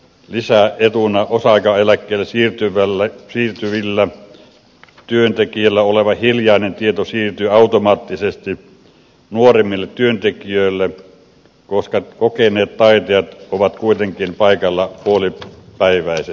lisäetuna osa aikaeläkkeelle siirtyvillä työntekijöillä oleva hiljainen tieto siirtyy automaattisesti nuoremmille työntekijöille koska kokeneet taitajat ovat kuitenkin paikalla puolipäiväisesti